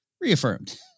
reaffirmed